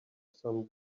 some